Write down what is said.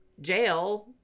jail